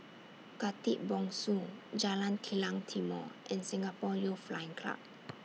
Khatib Bongsu Jalan Kilang Timor and Singapore Youth Flying Club